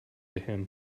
him